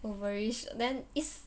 oval-ish then is